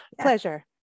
pleasure